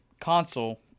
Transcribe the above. console